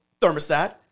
thermostat